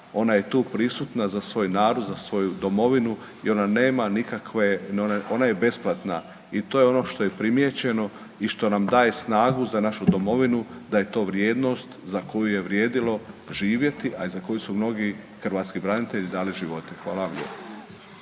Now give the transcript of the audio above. ona je tu prisutna za svoj narod, za svoju domovinu i ona nema nikakve, ona je besplatna. I to je ono što je primijećeno i što nam daje snagu za našu domovinu da je to vrijednost za koju je vrijedilo živjeti, a i za koju su mnogi hrvatski branitelji dali živote. Hvala vam